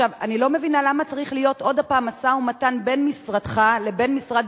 אני לא מבינה למה צריך להיות עוד פעם משא-ומתן בין משרדך לבין משרד